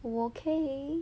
okay